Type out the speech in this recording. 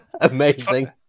Amazing